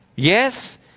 Yes